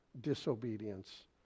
disobedience